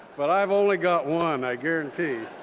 but i've only got one, i guarantee.